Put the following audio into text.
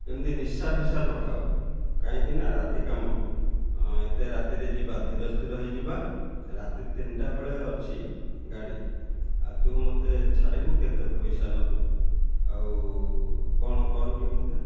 ଏମିତି ନିଶା ଫିସା ନ ଖାଉ କାହିଁକିନା ରାତି କାମ ଏତେ ରାତିରେ ଯିବା ଧୀରସ୍ଥିର ହେଇଯିବା ରାତି ତିନିଟା ବେଳେ ଅଛି ଗାଡ଼ି ଆଉ ତୁ ମୋତେ ଛାଡ଼ିବୁ କେତେ ପଇସା ନେବୁ ଆଉ କ'ଣ କହନି ଟିକେ ମୋତେ